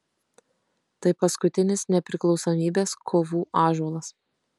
tai paskutinis nepriklausomybės kovų ąžuolas